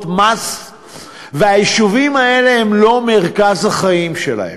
מס והיישובים האלה הם לא מרכז החיים שלהם.